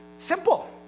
Simple